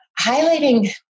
highlighting